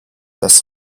das